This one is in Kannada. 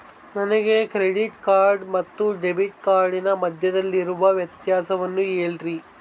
ನನಗೆ ಕ್ರೆಡಿಟ್ ಕಾರ್ಡ್ ಮತ್ತು ಡೆಬಿಟ್ ಕಾರ್ಡಿನ ಮಧ್ಯದಲ್ಲಿರುವ ವ್ಯತ್ಯಾಸವನ್ನು ಹೇಳ್ರಿ?